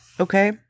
Okay